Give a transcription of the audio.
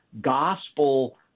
gospel